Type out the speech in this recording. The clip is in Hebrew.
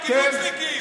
את הקיבוצניקים.